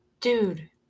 Dude